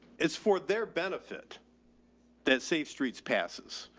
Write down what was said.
it's for their benefit that safe streets passes.